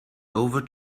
over